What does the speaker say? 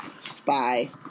spy